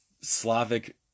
slavic